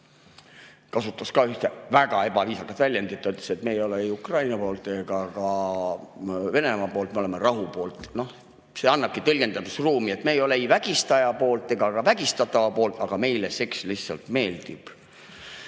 kasutas ka ühte väga ebaviisakat väljendit, ta ütles, et me ei ole ju Ukraina poolt ega ka Venemaa poolt, me oleme rahu poolt. Noh, see annabki tõlgendamisruumi, et me ei ole vägistaja poolt ega ka vägistatava poolt, aga meile seks lihtsalt meeldib.